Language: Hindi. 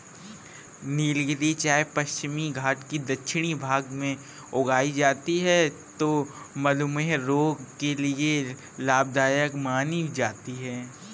नीलगिरी चाय पश्चिमी घाटी के दक्षिणी भाग में उगाई जाती है जो मधुमेह रोग के लिए लाभदायक मानी जाती है